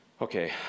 Okay